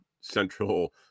central